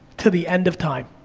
to the end of time.